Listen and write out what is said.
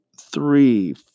three